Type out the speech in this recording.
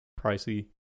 pricey